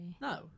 No